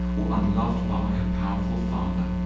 or unloved by a powerful father,